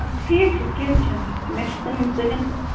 اَدٕ ٹھیٖک چھُ کیٚنٛہہ چھُ نہٕ مےٚ چھِ کٕنٕنۍ سٲلِم تہٕ